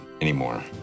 anymore